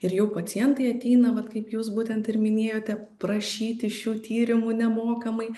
ir jau pacientai ateina vat kaip jūs būtent ir minėjote prašyti šių tyrimų nemokamai